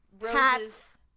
roses